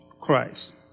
Christ